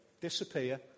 disappear